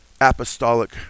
Apostolic